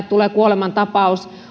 tulee kuolemantapaus